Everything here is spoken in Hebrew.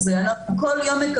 כאשר אנחנו בטריטוריה של המשטרה,